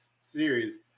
series